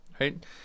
right